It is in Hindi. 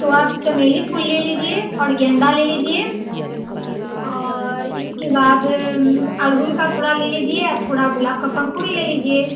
तो आप चमेली फूल ले लीजिए और गेंदा ले लीजिए और इसके बाद अड़हुल का थोड़ा ले लीजिए और थोड़ा गुलाब का पंखुड़ी ले लीजिए